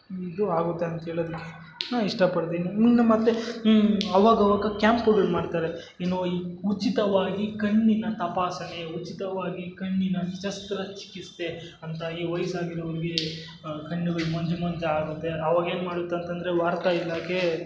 ಇದು ಆಗುತ್ತೆ ಅಂತ ಹೇಳೋದಕ್ಕೆ ನಾ ಇಷ್ಟಪಡ್ತೀನಿ ಇನ್ನು ಮತ್ತು ಅವಾಗವಾಗ ಕ್ಯಾಂಪುಗಳ್ ಮಾಡ್ತಾರೆ ಇನ್ನು ಈ ಉಚಿತವಾಗಿ ಕಣ್ಣಿನ ತಪಾಸಣೆ ಉಚಿತವಾಗಿ ಕಣ್ಣಿನ ಶಸ್ತ್ರ ಚಿಕಿತ್ಸೆ ಅಂತ ಈ ವಯಸ್ಸು ಆಗಿರೋರಿಗೆ ಕಣ್ಣುಗಳು ಮಂಜು ಮಂಜು ಆಗುತ್ತೆ ಅವಾಗೇನು ಮಾಡುತ್ ಅಂತಂತಂದರೆ ವಾರ್ತಾ ಇಲಾಖೆ